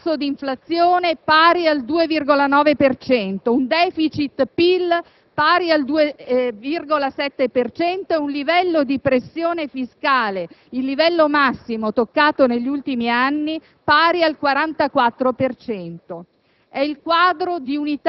un tasso di inflazione pari al 2,9 per cento, un *deficit* PIL pari al 2,7 per cento e un livello di pressione fiscale - il livello massimo toccato negli ultimi anni - pari al 44